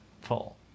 Full